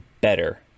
better